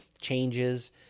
changes